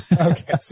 Okay